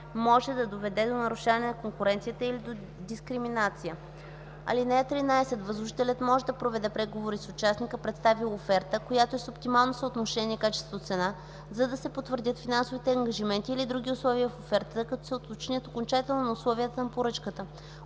може да доведе до нарушаване на конкуренцията или до дискриминация. (13) Възложителят може да проведе преговори с участника, представил оферта, която е с оптимално съотношение качество/цена, за да се потвърдят финансовите ангажименти или други условия в офертата, като се уточнят окончателно условията на поръчката.